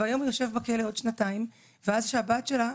והיום הוא יושב בכלא לתקופה של עוד שנתיים ואז כשהבת שלה,